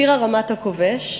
טירה רמת-הכובש,